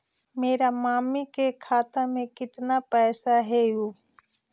मेरा मामी के खाता में कितना पैसा हेउ?